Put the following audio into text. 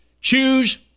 choose